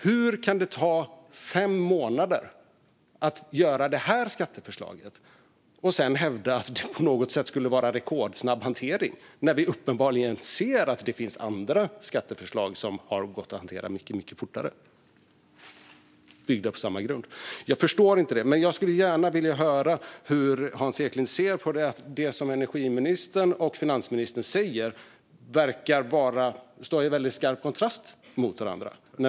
Hur kan man ta fem månader på sig att få fram detta skatteförslag och sedan hävda att det på något sätt skulle vara en rekordsnabb hantering, när vi ser att det uppenbarligen finns andra skatteförslag, byggda på samma grund, som har gått att hantera mycket fortare? Jag förstår inte det. Jag skulle gärna vilja höra hur Hans Eklind ser på att energiministerns och finansministerns uttalanden verkar stå i väldigt skarp kontrast mot varandra.